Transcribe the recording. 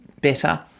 better